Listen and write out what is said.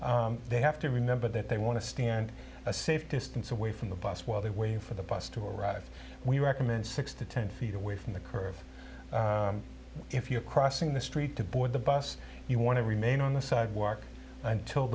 they have to remember that they want to stand a safe distance away from the bus while they wait for the bus to arrive we recommend six to ten feet away from the curve if you're crossing the street to board the bus you want to remain on the sidewalk until